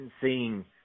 seeing